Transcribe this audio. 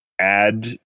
add